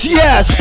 yes